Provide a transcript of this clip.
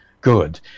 Good